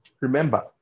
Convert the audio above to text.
Remember